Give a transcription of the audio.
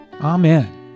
Amen